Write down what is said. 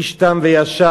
איש תם וישר.